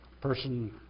person